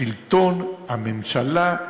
השלטון, הממשלה,